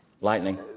Lightning